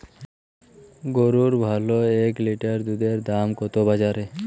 গরুর ভালো এক লিটার দুধের দাম কত বাজারে?